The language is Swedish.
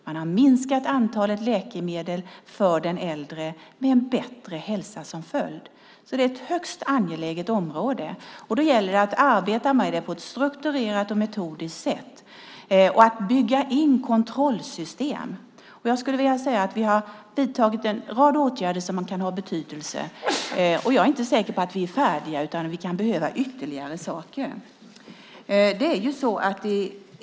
Man har minskat antalet läkemedel för den äldre med en bättre hälsa som följd. Det här är ett högst angeläget område, och då gäller det att arbeta med det på ett strukturerat och metodiskt sätt och att bygga in kontrollsystem. Vi har vidtagit en rad åtgärder som kan ha betydelse, men jag är inte säker på att vi är färdiga, utan det kan behöva göras ytterligare saker.